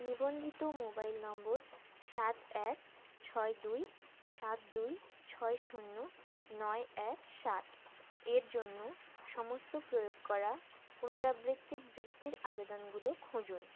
নিবন্ধিত মোবাইল নম্বর সাত এক ছয় দুই সাত দুই ছয় শূন্য নয় এক সাত এর জন্য সমস্ত প্রয়োগ করা পুনরাবৃত্তি বৃত্তির আবেদনগুলো খুঁজুন